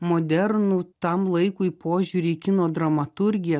modernų tam laikui požiūrį į kino dramaturgiją